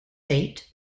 seat